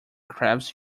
crabs